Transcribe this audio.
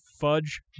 fudge